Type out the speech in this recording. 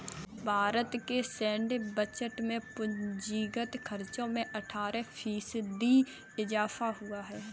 भारत के सैन्य बजट के पूंजीगत खर्चो में अट्ठारह फ़ीसदी इज़ाफ़ा हुआ है